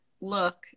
look